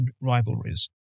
rivalries